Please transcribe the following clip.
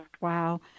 Wow